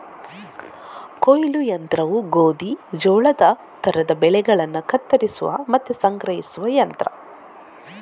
ಕೊಯ್ಲು ಯಂತ್ರವು ಗೋಧಿ, ಜೋಳದ ತರದ ಬೆಳೆಗಳನ್ನ ಕತ್ತರಿಸುವ ಮತ್ತೆ ಸಂಗ್ರಹಿಸುವ ಯಂತ್ರ